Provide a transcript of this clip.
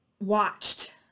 watched